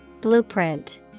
Blueprint